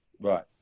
Right